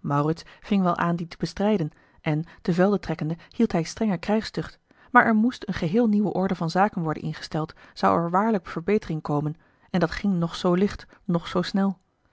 maurits ving wel aan die te bestrijden en teveldetrekkende hield hij strenge krijgstucht maar er moest eene geheel nieuwe orde van zaken worden ingesteld zou er waarlijk betering komen en dat ging noch zoo licht noch zoo snel